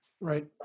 Right